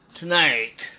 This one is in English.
tonight